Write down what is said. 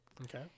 Okay